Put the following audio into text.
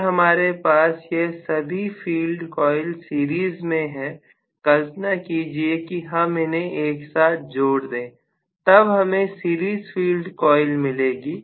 अगर हमारे पास यह सभी फील्ड कॉइल सीरीज में है कल्पना कीजिए कि हम इन्हें एक साथ जोड़ दें तब हमें सीरीज फील्ड कॉइल मिलेगी